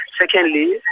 Secondly